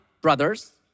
brothers